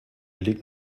liegt